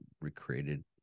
recreated